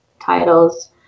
titles